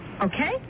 Okay